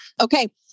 Okay